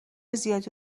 زیادی